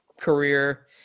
career